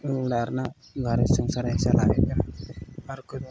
ᱚᱲᱟᱜ ᱨᱮᱱᱟᱜ ᱜᱷᱟᱨᱚᱸᱡᱽ ᱥᱚᱝᱥᱟᱨᱮ ᱪᱟᱞᱟᱣᱮᱫᱟ ᱟᱨ ᱠᱚᱫᱚ